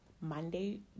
Monday